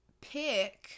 pick